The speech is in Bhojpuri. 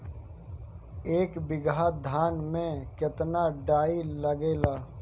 एक बीगहा धान में केतना डाई लागेला?